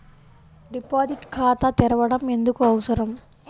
Deposit ఖాతా తెరవడం ఎందుకు అవసరం?